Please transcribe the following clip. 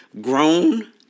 grown